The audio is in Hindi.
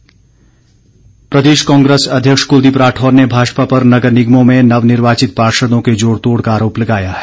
कांग्रेस प्रदेश कांग्रेस अध्यक्ष कुलदीप राठौर ने भाजपा पर नगर निगमों में नवनिर्वाचित पार्षदों के जोड़ तोड़ का आरोप लगाया है